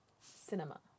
Cinema